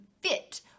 fit